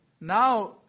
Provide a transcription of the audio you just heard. Now